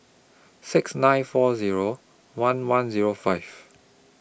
six nine four Zero one one Zero five